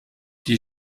die